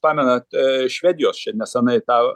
pamenat švedijos čia neseniai tą